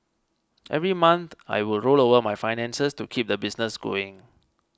every month I would roll over my finances to keep the business going